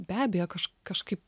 be abejo kaž kažkaip